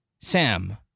sam